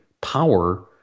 power